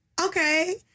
okay